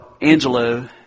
Angelo